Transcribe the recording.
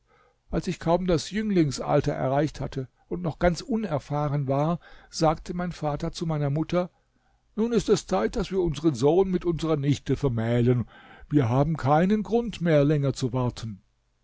als ich kaum das jünglingsalter erreicht hatte und noch ganz unerfahren war sagte mein vater zu meiner mutter nun ist es zeit daß wir unseren sohn mit unserer nichte vermählen wir haben keinen grund mehr länger zu warten